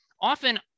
Often